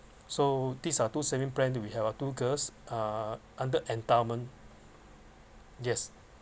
so these are two saving plan that we have our two girls uh under endowment yes